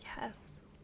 Yes